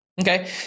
okay